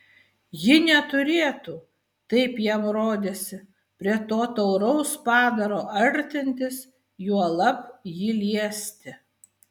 ji neturėtų taip jam rodėsi prie to tauraus padaro artintis juolab jį liesti